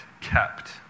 kept